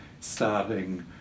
starting